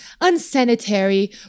unsanitary